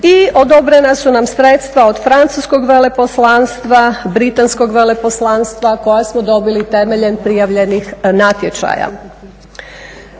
i odobrena su nam sredstva od Francuskog veleposlanstva, Britanskog veleposlanstva koja smo dobili temeljem prijavljenih natječaja.